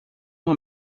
uma